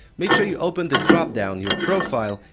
make sure you open this drop down near profile,